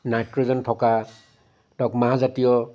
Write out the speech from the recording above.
nitrogen থকা মাহজাতীয়